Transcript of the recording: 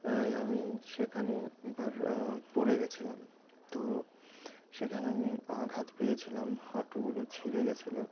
তাই আমি সেখানে এবার পড়ে গিয়েছিলাম তো সেখানে আমি আঘাত পেয়েছিলাম হাঁটুগুলো ছড়ে গিয়েছিল